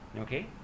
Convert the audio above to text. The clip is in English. Okay